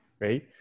right